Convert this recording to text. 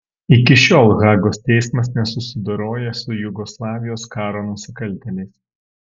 iki šiol hagos teismas nesusidoroja su jugoslavijos karo nusikaltėliais